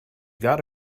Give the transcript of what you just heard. got